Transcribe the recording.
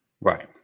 Right